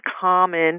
common